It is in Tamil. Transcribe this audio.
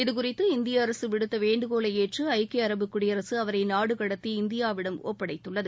இதுகுறித்து இந்திய அரசு விடுத்த வேண்டுகோளை ஏற்று ஐக்கிய அரபு குடியரசு அவரை நாடு கடத்தி இந்தியாவிடம் ஒப்படைத்துள்ளது